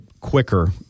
quicker